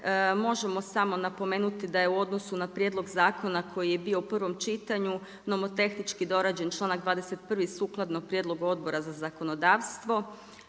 Možemo samo napomenuti da je u odnosu na prijedlog zakona koji je bio u prvom čitanju nomotehnički dorađen članak 21. sukladno prijedlogu Odbora za zakonodavstvo.